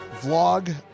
vlog